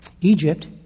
Egypt